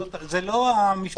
זה לא המשפטים הגדולים.